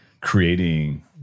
creating